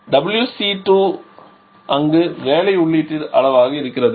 WC2 அங்கு வேலை உள்ளீட்டின் அளவாக இருக்கிறது